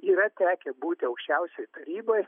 yra tekę būti aukščiausioj taryboj